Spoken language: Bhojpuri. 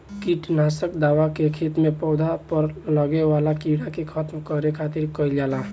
किट नासक दवा के खेत में पौधा पर लागे वाला कीड़ा के खत्म करे खातिर कईल जाला